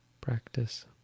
practice